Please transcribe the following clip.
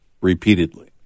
repeatedly